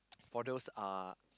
for those uh